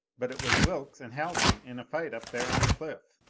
but it was wilks and haljan in a fight up there on the cliff.